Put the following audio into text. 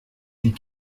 die